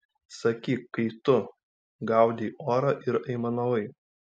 sakyk kai tu gaudei orą ir aimanavai